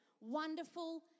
wonderful